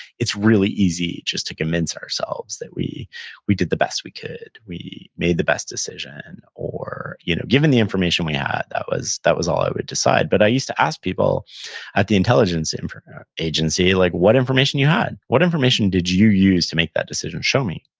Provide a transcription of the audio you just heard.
it's really easy just to convince ourselves that we we did the best we could. we made the best decision, or, you know given the information we had, that was that was all i would decide, but i used to ask people at the intelligence ah agency like what information you had. what information did you use to make that decision? show me,